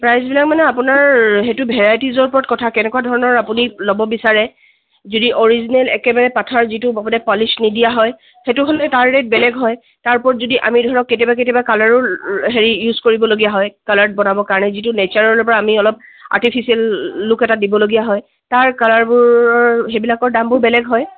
প্ৰাইজবিলাক মানে আপোনাৰ হেইটো ভেৰাইটিজৰ ওপৰত কথা কেনেকুৱা ধৰণৰ আপুনি ল'ব বিচাৰে যদি অৰিজিনেল একেবাৰে পাথৰ যিটো পলিচ নিদিয়া হয় সেইটো হ'লে তাৰ ৰেট বেলেগ হয় তাৰ ওপৰত যদি আমি ধৰক কেতিয়াবা কেতিয়াবা কালাৰো হেৰি ইউজ কৰিব লগীয়া হয় কালাৰ্ড বনাবৰ কাৰণে যিটো নেচাৰেলৰপৰা আমি অলপ আৰ্টিফিচিয়েল লুক এটা দিব লগীয়া হয় তাৰ কালাৰবোৰ সেইবিলাকৰ দামবোৰ বেলেগ হয়